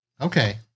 Okay